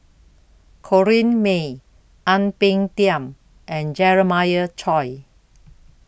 Corrinne May Ang Peng Tiam and Jeremiah Choy